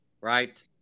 right